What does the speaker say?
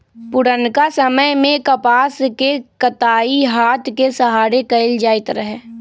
पुरनका समय में कपास के कताई हात के सहारे कएल जाइत रहै